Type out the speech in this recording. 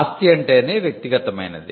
ఆస్తి అంటేనే వ్యక్తిగతమైనది